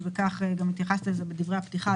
וגם התייחסת לזה בדברי הפתיחה,